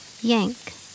yank